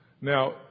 Now